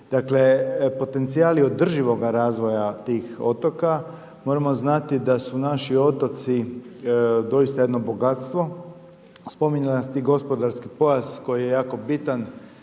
dakle potencijal je održivoga razvoja tih otoka. Moramo znati da su naši otoci doista jedno bogatstvo, spominjali ste i gospodarski pojas koji je jako bitan,